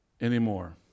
anymore